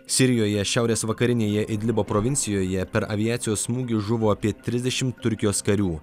sirijoje šiaurės vakarinėje idlibo provincijoje per aviacijos smūgius žuvo apie trisdešimt turkijos karių